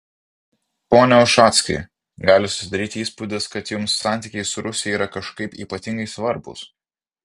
pone ušackai gali susidaryti įspūdis kad jums santykiai su rusija yra kažkaip ypatingai svarbūs